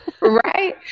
Right